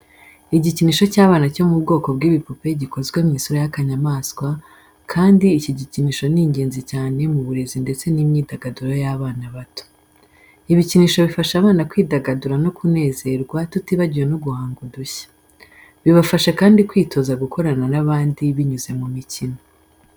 Igikinisho cy’abana cyo mu bwoko bw'ibipupe gikoze mu isura y'akanyamaswa kandi iki gikinisho ni ingenzi cyane mu burezi ndetse n’imyidagaduro y’abana bato. Ibikinisho bifasha abana kwidagadura no kunezerwa tutibagiwe no guhanga udushya. Bibafasha kandi kwitoza gukorana n’abandi binyuze mu mikino.